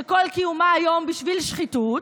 שכל קיומה היום בשביל שחיתות,